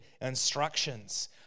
instructions